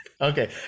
Okay